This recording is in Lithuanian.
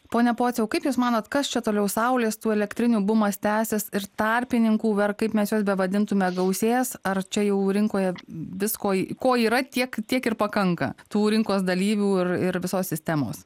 pone pociau kaip jūs manot kas čia toliau saulės tų elektrinių bumas tęsias ir tarpininkų ar kaip mes juos bevadintume gausės ar čia jau rinkoje visko ko yra tiek tiek ir pakanka tų rinkos dalyvių ir ir visos sistemos